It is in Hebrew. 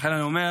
לכן אני אומר,